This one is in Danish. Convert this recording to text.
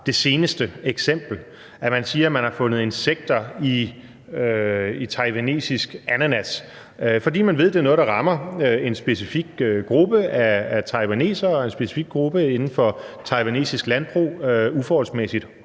det seneste eksempel – at man siger, at man har fundet insekter i taiwansk ananas, fordi man ved, at det er noget, der rammer en specifik gruppe af taiwanere og en specifik gruppe inden for taiwansk landbrug uforholdsmæssig